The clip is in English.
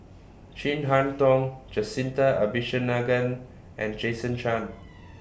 Chin Harn Tong Jacintha Abisheganaden and Jason Chan